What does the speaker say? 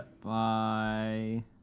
Bye